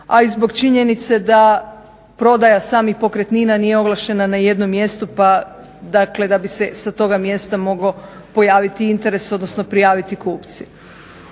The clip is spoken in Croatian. a i zbog činjenice da prodaja samih pokretnina nije oglašena na jednom mjestu pa dakle da bi se sa toga mjesta mogao pojaviti interes odnosno prijaviti kupci.